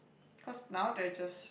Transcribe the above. cause now they are just